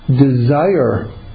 desire